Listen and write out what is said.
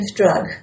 drug